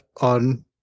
on